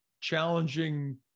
challenging